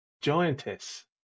giantess